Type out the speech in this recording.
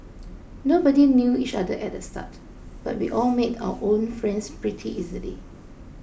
nobody knew each other at the start but we all made our own friends pretty easily